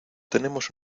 tenemos